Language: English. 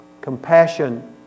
compassion